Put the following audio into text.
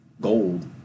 gold